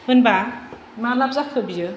होनबा मा लाब जाखो बियो